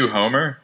Homer